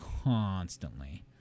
constantly